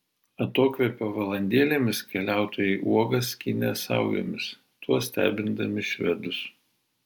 atokvėpio valandėlėmis keliautojai uogas skynė saujomis tuo stebindami švedus